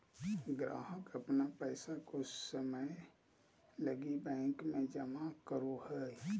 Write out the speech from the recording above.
ग्राहक अपन पैसा कुछ समय लगी बैंक में जमा करो हइ